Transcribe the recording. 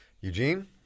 Eugene